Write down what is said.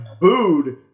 booed